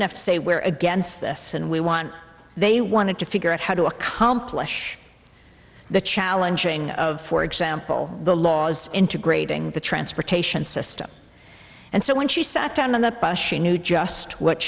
enough to say we're against this and we want they wanted to figure out how to accomplish the challenging of for example the laws integrating the transportation system and so when she sat down on the bus she knew just what